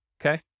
Okay